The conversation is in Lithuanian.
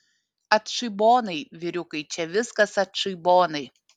atšybonai vyriukai čia viskas atšybonai